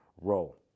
role